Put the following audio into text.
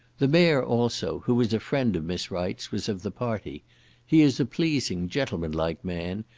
the mayor also, who was a friend of miss wright's, was of the party he is a pleasing gentlemanlike man,